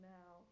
now